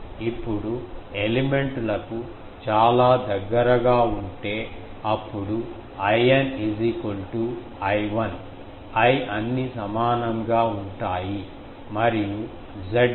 ఇప్పుడు ఎలిమెంట్ లకు చాలా దగ్గరగా ఉంటే అప్పుడు In I1 iఅన్నీ సమానంగా ఉంటాయి మరియు ZIN Z11 కు సమానం